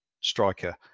striker